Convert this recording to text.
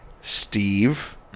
steve